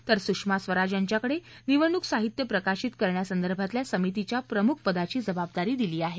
तर सुषमा स्वराज यांच्याकडे निवडणूक साहित्य प्रकाशित करण्यासंदर्भतल्या समितीच्या प्रमुख पदाची जबाबदारी देण्यात आली आहे